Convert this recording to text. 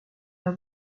your